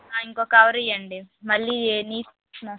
ఇంకో కవర్ ఇవ్వండి మళ్ళీ నీచు వాసన వస్తాయి